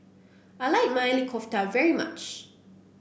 I like Maili Kofta very much